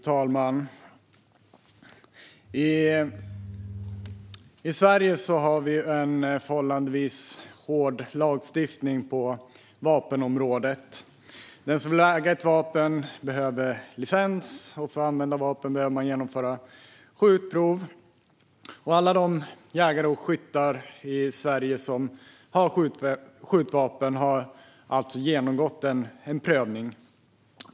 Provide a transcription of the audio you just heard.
Fru talman! I Sverige har vi en förhållandevis sträng lagstiftning på vapenområdet. Den som vill äga ett vapen behöver licens, och för att använda vapen behöver man genomföra skjutprov. Alla de jägare och skyttar i Sverige som har skjutvapen har alltså genomgått en prövning.